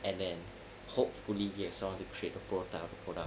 and then hopefully get someone to create a prototype of the product